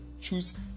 Choose